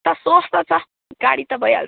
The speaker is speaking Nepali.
सर सोर्स त छ गाडी त भइहाल्छ